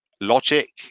logic